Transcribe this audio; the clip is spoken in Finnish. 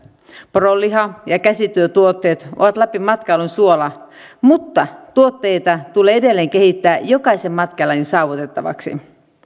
poronliha ja käsityötuotteet ovat lapin matkailun suola mutta tuotteita tulee edelleen kehittää jokaisen matkailijan saavutettavaksi